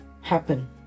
happen